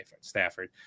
Stafford